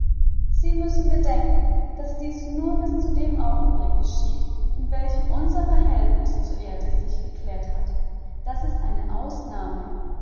sie müssen bedenken daß dies nur bis zu dem augenblick geschieht in welchem unser verhältnis zur erde sich geklärt hat das ist eine ausnahme